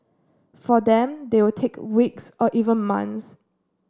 for them they will take weeks or even months